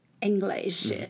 English